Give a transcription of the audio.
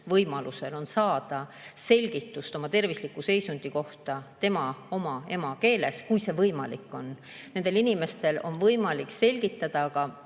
õigus saada selgitust oma tervisliku seisundi kohta enda emakeeles, kui see võimalik on. Nendele inimestele on võimalik selgitada,